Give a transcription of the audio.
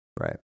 Right